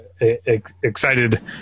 excited